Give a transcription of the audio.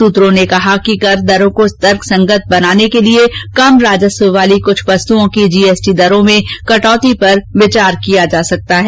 सूत्रों ने कहा है कि कर दरों को तर्क संगत बनाने के लिए कम राजस्व वाली कुछ वस्तुओं की जी एसटी दरों में कटौती पर विचार किया जा सकता है